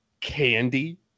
candy